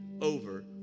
over